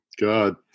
God